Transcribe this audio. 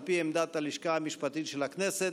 על פי עמדת הלשכה המשפטית של הכנסת,